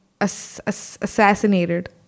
Assassinated